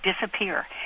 disappear